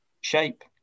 shape